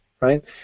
right